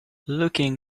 looking